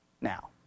now